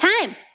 time